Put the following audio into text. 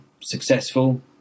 successful